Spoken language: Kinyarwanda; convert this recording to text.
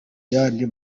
yandi